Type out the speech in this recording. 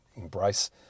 Embrace